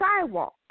sidewalk